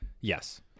yes